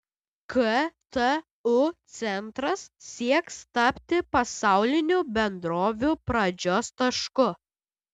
ktu centras sieks tapti pasaulinių bendrovių pradžios tašku